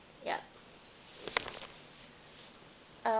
ya uh